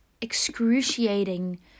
excruciating